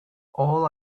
all